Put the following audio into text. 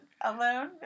alone